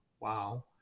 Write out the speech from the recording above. Wow